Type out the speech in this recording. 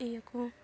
ᱤᱭᱟᱹ ᱠᱚ